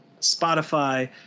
Spotify